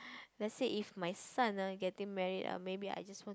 let's say if my son ah getting married ah maybe I just want